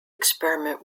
experiment